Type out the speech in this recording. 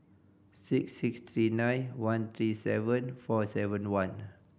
six six three nine one three seven four seven one